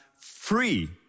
free